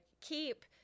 keep